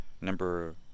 Number